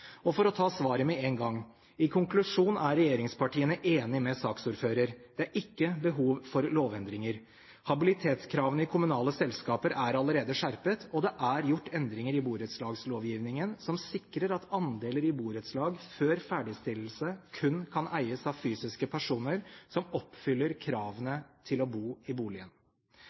Og for å ta svaret med én gang: I konklusjonen er regjeringspartiene enig med saksordføreren. Det er ikke behov for lovendringer. Habilitetskravene i kommunale selskaper er allerede skjerpet, og det er gjort endringer i borettslagslovgivningen som sikrer at andeler i borettslag før ferdigstillelse kun kan eies av fysiske personer som oppfyller kravene til å bo i boligen.